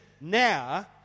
now